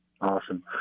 Awesome